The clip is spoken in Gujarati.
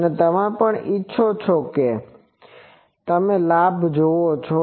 અને અમે પણ ઇચ્છીએ છીએ કે તમે લાભ પણ જોવો